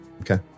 okay